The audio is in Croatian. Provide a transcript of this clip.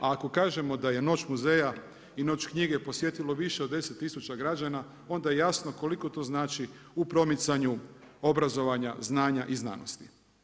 A ako kažemo da je noć muzeja i noć knjige posjetilo više od 10 000 građana onda je jasno koliko to znači u promicanju obrazovanja, znanja i znanosti.